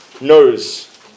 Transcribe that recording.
knows